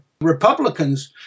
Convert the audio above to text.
Republicans